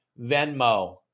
Venmo